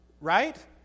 right